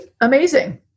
amazing